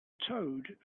toad